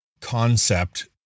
concept